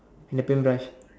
and the paint brush